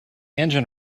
engine